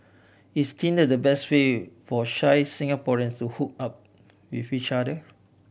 is Tinder the best way for shy Singaporeans to hook up with each other